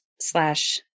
slash